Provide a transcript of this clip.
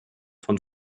von